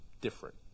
different